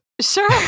sure